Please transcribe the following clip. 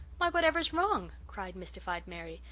why, whatever's wrong? cried mystified mary.